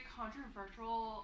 controversial